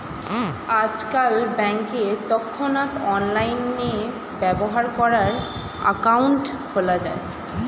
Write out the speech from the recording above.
আজকাল ব্যাংকে তৎক্ষণাৎ অনলাইনে ব্যবহার করার অ্যাকাউন্ট খোলা যায়